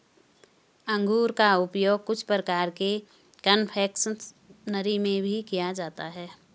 अंगूर का उपयोग कुछ प्रकार के कन्फेक्शनरी में भी किया जाता है